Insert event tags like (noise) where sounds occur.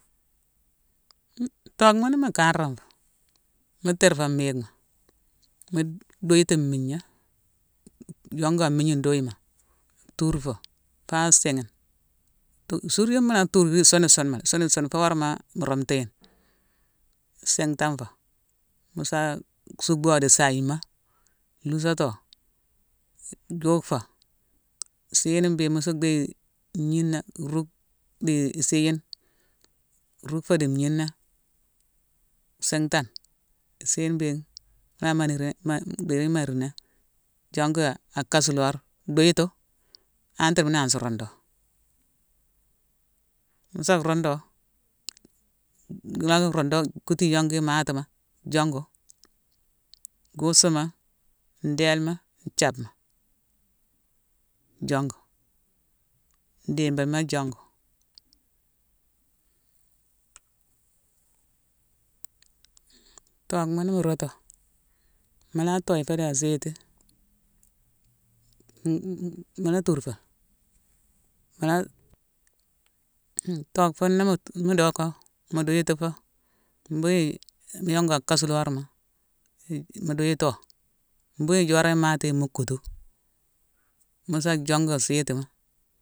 (hesitation) tooghma ni mu kanrame fo, mu tiir fo mmighma, mu dhiiti mmigna, jongo an migna nduyima, tuur fo, faa singhine-tu-isur yune mu lma tuur yi sune-sune, sune-sune fo worama mu romtu yi ni. Mu sintan fo. Mu sa suckbo di sayima, lhusato, jugh fo; isii yune béghine musu déye ngnina ruck di isii yune, ruck fo di ngnina sintane. Isii yune béghine-mula-mariné-ma-dhi yi mariné, jongu yi a kasu lor, dhuyitu antre mu nansi rundu do. Mu sa rundo; mu locka rundu, kutu iyongu imatima jongu, kusuma, ndélema, nthiabma, jongu, ndibilma jongu. Tooghma ni mu rotto, mu la toye fo di azéyeti-m-m-mu la tur fo. Mula-hum toogh fune ni mu-tu docko, mu duyiti fo, mbuyi-mu yongo a kasu lorma-n-mu duyito mbuyi i joron imaté ye mu kutu mu sa jongu a zeytima.